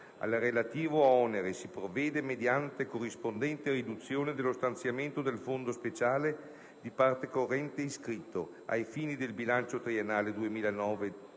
"Al relativo onere si provvede mediante corrispondente riduzione dello stanziamento del fondo speciale di parte corrente iscritto, ai fini del bilancio triennale